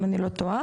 אם אני לא טועה.